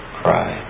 cry